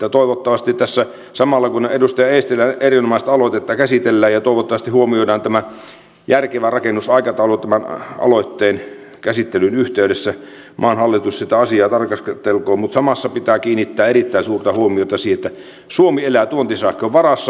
että toivottavasti tässä samalla kun tätä edustaja eestilän erinomaista aloitetta käsitellään ja toivottavasti huomioidaan tämä järkevä rakennusaikataulu tämän aloitteen käsittelyn yhteydessä maan hallitus sitä asiaa tarkastelkoon kiinnitetään erittäin suurta huomiota siihen että suomi elää tuontisähkön varassa